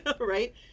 right